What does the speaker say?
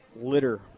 litter